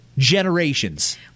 Generations